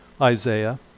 Isaiah